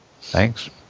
Thanks